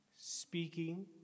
speaking